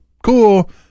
Cool